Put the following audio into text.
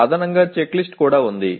అదనంగా చెక్లిస్ట్ కూడా ఉంది